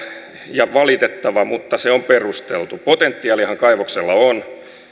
ja valitettava mutta se on perusteltu potentiaaliahan kaivoksella on